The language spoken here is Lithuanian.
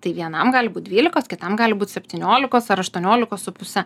tai vienam gali būt dvylikos kitam gali būt septyniolikos ar aštuoniolikos su puse